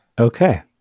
Okay